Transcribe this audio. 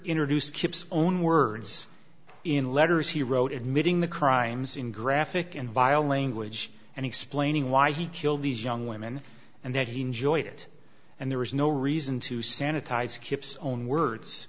chip's own words in letters he wrote admitting the crimes in graphic and vile language and explaining why he killed these young women and that he enjoyed it and there was no reason to sanitize kipps own words